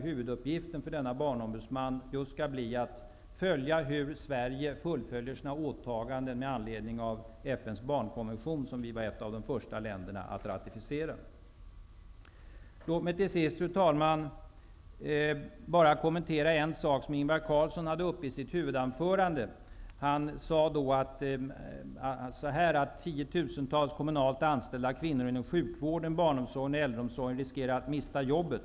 Huvuduppgiften för denna barnombudsman blir just att följa hur Sverige fullföljer sina åtaganden med anledning av FN:s barnkonvention, som vi var ett av de första länderna att ratificera. Fru talman! Låt mig till sist kommentera en sak som Ingvar Carlsson tog upp i sitt huvudanförande. Han sade att tiotusentals kommunalt anställda kvinnor inom sjukvården, barnomsorgen och äldreomsorgen riskerar att mista jobbet.